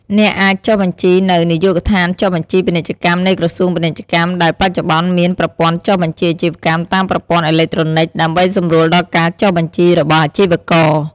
អ្នកអាចចុះបញ្ជីនៅ នាយកដ្ឋានចុះបញ្ជីពាណិជ្ជកម្មនៃក្រសួងពាណិជ្ជកម្ម ដែលបច្ចុប្បន្ន មាន ប្រព័ន្ធចុះបញ្ជីអាជីវកម្មតាមប្រព័ន្ធអេឡិចត្រូនិក ដើម្បីសម្រួលដល់ការចុះបញ្ជីរបស់អាជីករ។